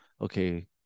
okay